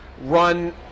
run